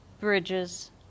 bridges